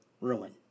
ruin